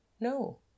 No